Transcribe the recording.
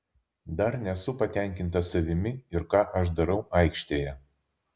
dar nesu patenkintas savimi ir ką aš darau aikštėje